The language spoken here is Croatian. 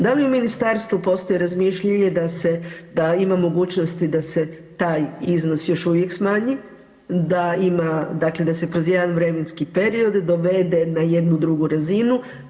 Da li u Ministarstvu postoji razmišljanje da se, da ima mogućnosti da se taj iznos još uvijek smanji, da ima, da se dakle kroz jedan vremenski period dovede na jednu drugu razinu.